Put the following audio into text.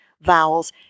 vowels